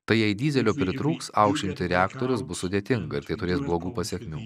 tai jei dyzelio pritrūks aušinti reaktorius bus sudėtinga ir tai turės blogų pasekmių